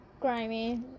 grimy